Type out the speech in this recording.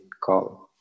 call